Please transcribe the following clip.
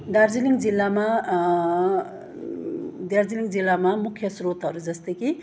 दार्जिलिङ जिल्लामा दार्जिलिङ जिल्लामा मुख्य स्रोतहरू जस्तै कि